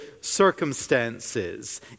circumstances